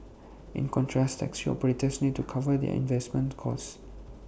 in contrast taxi operators need to cover their investment costs